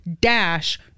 dash